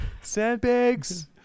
Sandbags